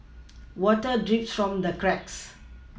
water drips from the cracks